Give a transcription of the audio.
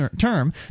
term